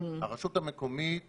הרשות המקומית בקיאה,